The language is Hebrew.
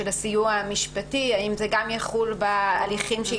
של הסיוע המשפטי האם זה גם יחול בהליכים שיתנהלו לגבי העבר?